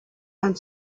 and